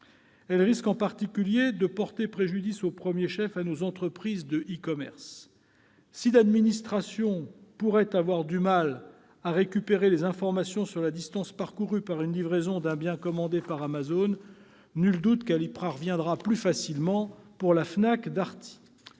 taxe risque en particulier de porter préjudice, au premier chef, à nos entreprises de e-commerce. Si l'administration pourrait avoir du mal à récupérer des informations sur la distance parcourue pour une livraison d'un bien commandé par Amazon, nul doute qu'elle y parviendra plus facilement pour la FNAC-Darty